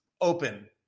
open